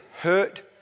hurt